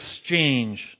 exchange